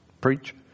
preach